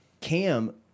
Cam